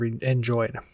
enjoyed